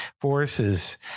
forces